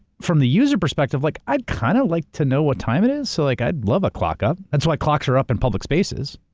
from the user perspective, like i'd kind of like to know what time it is, so like i'd love a clock up. that's why clocks are up in public spaces.